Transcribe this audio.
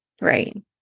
Right